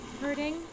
Hurting